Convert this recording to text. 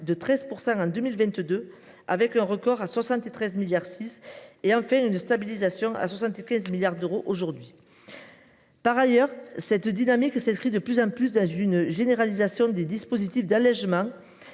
de 13,1 % en 2022, avec un montant de 73,6 milliards d’euros, pour enfin se stabiliser à 75 milliards d’euros aujourd’hui. Par ailleurs, cette dynamique s’inscrit de plus en plus dans une généralisation des dispositifs d’allégement,